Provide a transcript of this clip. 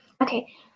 Okay